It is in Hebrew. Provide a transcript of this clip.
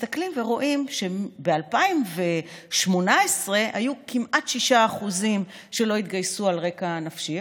מסתכלים ורואים שב-2018 היו כמעט 6% שלא התגייסו על רקע נפשי,